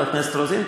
חברת הכנסת רוזין,